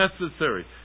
necessary